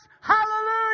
Hallelujah